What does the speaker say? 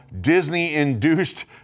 Disney-induced